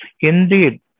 Indeed